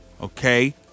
okay